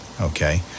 okay